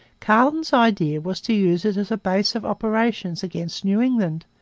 carleton's idea was to use it as a base of operations against new england,